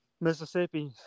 Mississippi